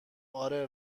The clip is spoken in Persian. آره